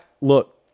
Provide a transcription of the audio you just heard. look